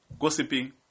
gossiping